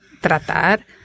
tratar